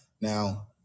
Now